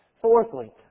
Fourthly